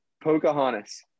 Pocahontas